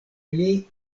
pli